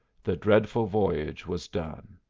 the dreadful voyage was done.